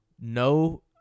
No